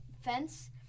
fence